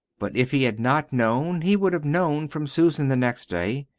but if he had not known, he would have known from susan the next day.